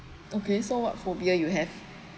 okay so what phobia you have